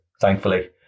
thankfully